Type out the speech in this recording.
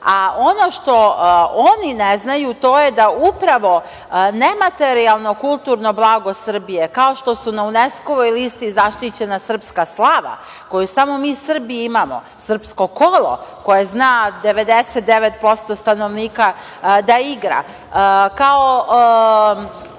što oni ne znaju to je da nematerijalno kulturno blago Srbije, kao što su na UNESKO-voj listi zaštićena srpska slava koju samo mi Srbi imamo, srpsko kole, koje zna 99% stanovnika da igra, kao